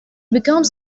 becomes